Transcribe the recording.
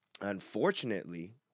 Unfortunately